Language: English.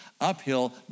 Uphill